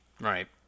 Right